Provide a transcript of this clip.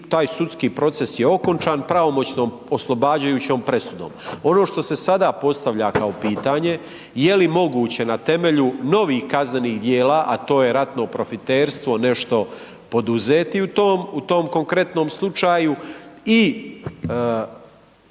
taj sudski proces je okončan pravomoćnom oslobađajućom presudom. Ono što se sada postavlja kao pitanje, je li moguće na temelju novih kaznenih djela a to je ratno profiterstvo, nešto poduzeti u tom konkretnom slučaju i